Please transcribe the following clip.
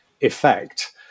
effect